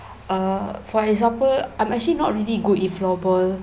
uh for example I'm actually not really good in floorball